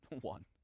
One